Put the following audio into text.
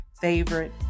favorite